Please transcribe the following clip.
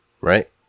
right